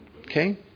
Okay